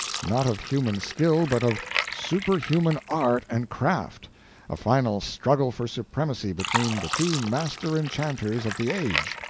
not of human skill but of superhuman art and craft a final struggle for supremacy between the two master enchanters of the age.